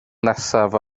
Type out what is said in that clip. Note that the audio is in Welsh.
nesaf